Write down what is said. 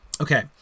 Okay